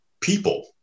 people